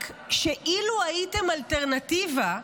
רק שאילו הייתם אלטרנטיבה,